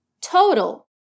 Total